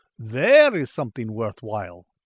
there is something worth while!